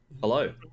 Hello